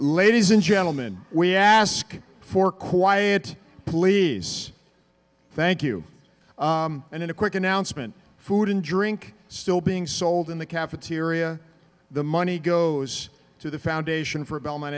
ladies and gentleman we ask for quiet please thank you and in a quick announcement food and drink still being sold in the cafeteria the money goes to the foundation for a bel